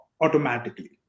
automatically